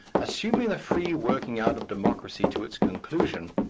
assuming the free working out of democracy to its conclusion,